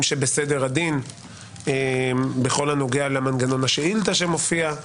שבסדר הדין בכל הנוגע למנגנון השאילתה שמופיע,